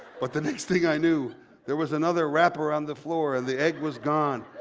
but the next thing i knew there was another wrapper on the floor and the egg was gone.